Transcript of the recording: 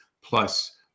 plus